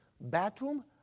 bathroom